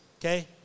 Okay